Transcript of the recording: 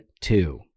Two